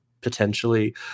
potentially